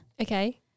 Okay